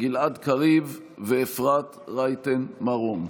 גלעד קריב ואפרת רייטן מרום.